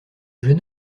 jeune